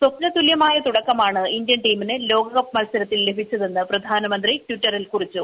സ്വപ്നതുല്യമായ തുടക്കമാണ് ഇന്ത്യൻ ടീമിന് ലോകകപ്പ് മത്സരത്തിൽ ലഭിച്ചതെന്ന് പ്രധാനമന്ത്രി ട്വിറ്ററിൽ കുറിച്ചു